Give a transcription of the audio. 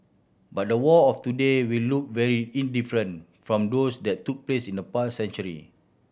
but the war of today will look very indifferent from those that took place in the past century